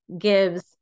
gives